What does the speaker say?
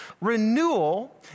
renewal